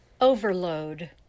Overload